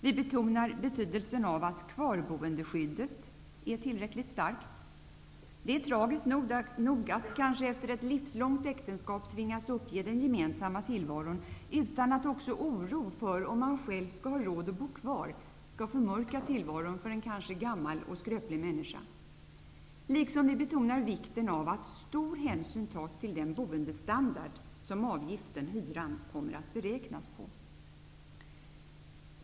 Vi betonar betydelsen av att kvarboendeskyddet är tillräckligt starkt. Det är tragiskt nog att efter ett kanske livslångt äktenskap tvingas uppge den gemensamma tillvaron, utan att också oro för om man själv skall ha råd att bo kvar skall förmörka tillvaron för en kanske gammal och skröplig människa. Vi betonar även vikten av att stor hänsyn tas till den boendestandard som avgiften, hyran, kommer att beräknas på.